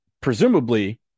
Presumably